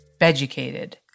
educated